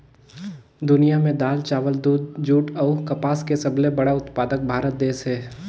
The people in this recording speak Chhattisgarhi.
दुनिया में दाल, चावल, दूध, जूट अऊ कपास के सबले बड़ा उत्पादक भारत देश हे